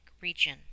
region